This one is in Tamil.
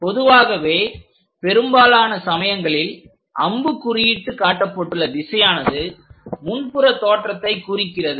பொதுவாகவே பெரும்பாலான சமயங்களில் அம்புக்குறியிட்டு காட்டப்பட்டுள்ள திசையானது முன் புறத்தோற்றத்தை குறிக்கிறது